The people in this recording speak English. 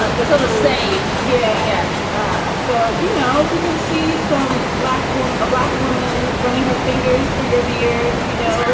like this little sage. yeah. yeah ah so, you know, we can see some black woman, a black woman running her fingers through your beard you know,